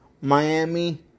Miami